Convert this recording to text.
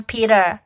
Peter